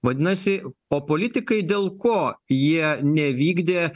vadinasi o politikai dėl ko jie nevykdė